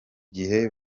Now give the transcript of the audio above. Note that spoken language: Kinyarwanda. gihe